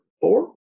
four